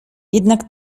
jednak